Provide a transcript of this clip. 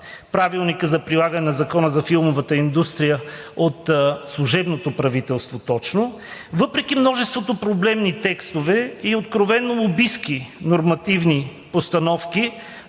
Правилника за прилагане на Закона за филмовата индустрия от служебното правителство точно? Въпреки множеството проблемни текстове и откровено лобистки нормативни постановки,